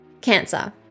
Cancer